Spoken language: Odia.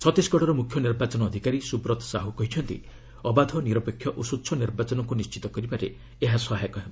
ଛତିଶଗଡ଼ର ମୁଖ୍ୟ ନିର୍ବାଚନ ଅଧିକାରୀ ସୁବ୍ରତ୍ ସାହୁ କହିଛନ୍ତି ଅବାଧ ନିରପେକ୍ଷ ଓ ସ୍ୱଚ୍ଛ ନିର୍ବାଚନକୁ ନିର୍ଣ୍ଣିତ କରିବାରେ ଏହା ସହାୟକ ହେବ